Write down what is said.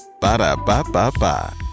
Ba-da-ba-ba-ba